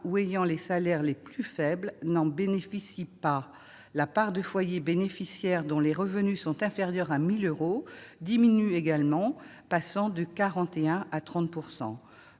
ou ayant les salaires les plus faibles n'en bénéficient pas. La part de foyers bénéficiaires, dont les revenus sont inférieurs à 1 000 euros, diminue également, elle passe de 41 % à 30 %.